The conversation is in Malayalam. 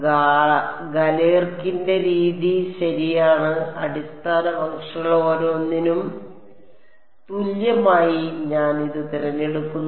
ഗാലെർകിന്റെ രീതി ശരിയാണ് അടിസ്ഥാന ഫംഗ്ഷനുകൾ ഓരോന്നിനും തുല്യമായി ഞാൻ ഇത് തിരഞ്ഞെടുക്കുന്നു